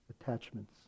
attachments